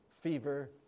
fever